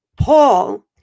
Paul